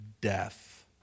death